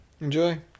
Enjoy